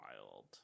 Wild